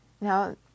Now